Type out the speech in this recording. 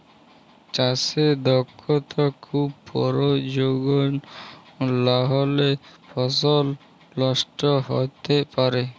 চাষে দক্ষতা খুব পরয়োজল লাহলে ফসল লষ্ট হ্যইতে পারে